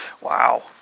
Wow